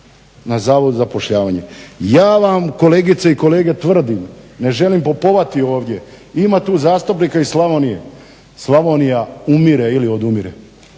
na Zavodu za zapošljavanje. Ja vam kolegice i kolege tvrdim, ne želim popovati ovdje, ima tu zastupnika iz Slavonije, Slavonija umire ili odumire.